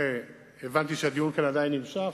והבנתי שהדיון כאן עדיין נמשך,